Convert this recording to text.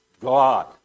God